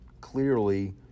clearly